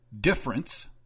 difference